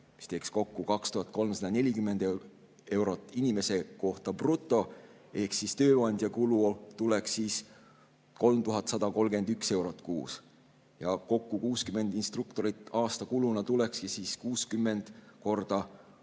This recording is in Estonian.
mis teeks kokku 2340 eurot inimese kohta, bruto[tuluna]. Tööandja kulu tuleks 3131 eurot kuus ja kokku 60 instruktori kohta aastakuluna tulekski 60 korda